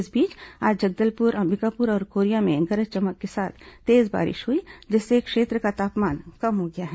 इस बीच आज जगदलपुर अंबिकापुर और कोरिया में गरज चमक के साथ तेज बारिश हुई जिससे क्षेत्र का तापमान कम हो गया है